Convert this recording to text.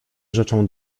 rzeczą